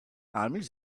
armies